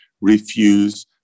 refuse